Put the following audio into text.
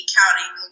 counting